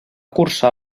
cursar